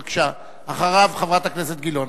בבקשה, אחריו, חברת הכנסת גילאון.